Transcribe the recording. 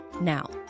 now